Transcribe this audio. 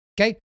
okay